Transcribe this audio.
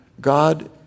God